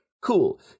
Cool